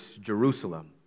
Jerusalem